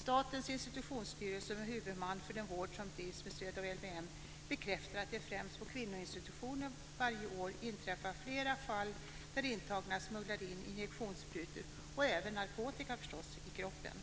Statens institutionsstyrelse, som är huvudman för den vård som bedrivs med stöd av LVM, bekräftar att det främst på kvinnoinstitutionerna varje år inträffar flera fall där intagna smugglar in injektionssprutor, och även narkotika förstås, i kroppen.